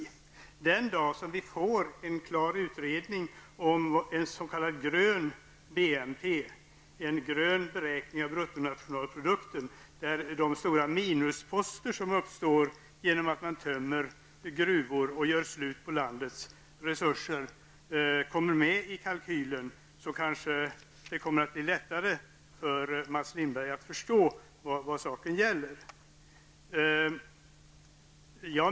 Den dagen vi får en klar utredning om en s.k. grön BNP, en grön beräkning av bruttonationalprodukten, där de stora minusposter som uppstår genom att man tömmer gruvor och gör slut på landets resurser kommer med i kalkylen blir det kanske lättare för Mats Lindberg att förstå vad saken gäller.